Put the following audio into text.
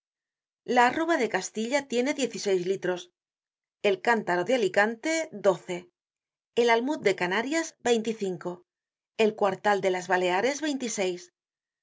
la arroba de castilla tiene diez y seis litros el eántaro de alicante doce el almud de canarias veinticinco el cuartal de las baleares veintiseis